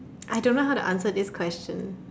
I don't know how to answer this question